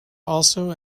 also